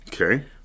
Okay